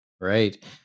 Right